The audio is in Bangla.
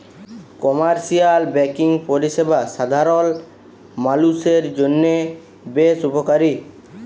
কমার্শিয়াল ব্যাঙ্কিং পরিষেবা সাধারল মালুষের জন্হে বেশ উপকারী